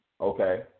Okay